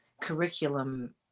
curriculum